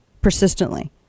persistently